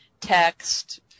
text